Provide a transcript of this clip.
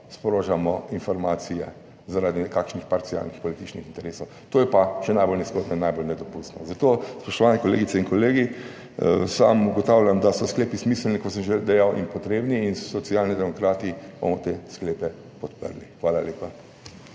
sprožamo informacije zaradi nekakšnih parcialnih političnih interesov, to je pa še najbolj nizkotno, najbolj nedopustno. Zato, spoštovani kolegice in kolegi, sam ugotavljam, da so sklepi smiselni, kot sem že dejal, in potrebni in Socialni demokrati bomo te sklepe podprli.